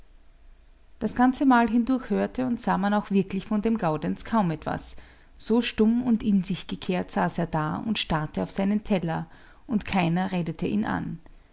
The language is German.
das ganze mahl hindurch hörte und sah man auch wirklich von dem gaudenz kaum etwas so stumm und in sich gekehrt saß er da und starrte auf seinen teller und keiner redete ihn an